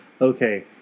Okay